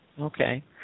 Okay